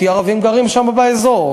כי הערבים נמצאים שם באזור.